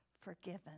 forgiven